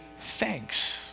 thanks